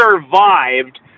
survived